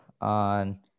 on